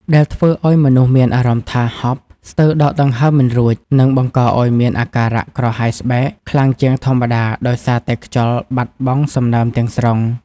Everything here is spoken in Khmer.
ដែលធ្វើឱ្យមនុស្សមានអារម្មណ៍ថា ហប់ ស្ទើរដកដង្ហើមមិនរួច និងបង្កឱ្យមានអាការៈ ក្រហាយស្បែក ខ្លាំងជាងធម្មតា ដោយសារតែខ្យល់បាត់បង់សំណើមទាំងស្រុង។